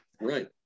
Right